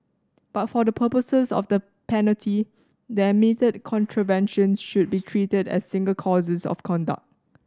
but for the purposes of the penalty the admitted contraventions should be treated as single courses of conduct